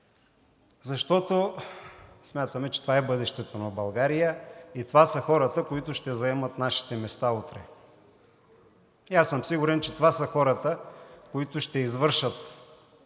защото смятаме, че това е бъдещето на България и това са хората, които ще заемат нашите места утре. И аз съм сигурен, че това са хората, които ще извършат